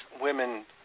women